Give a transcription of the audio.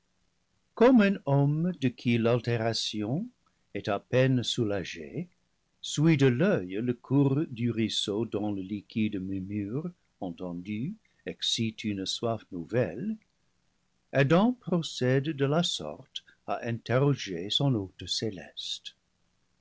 de qui l'altération est à peine soulagée suit de l'oeil le cours du ruisseau dont le liquide murmure entendu excite une soif nouvelle adam procède de la sorte à interroger son hôte céleste